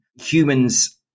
humans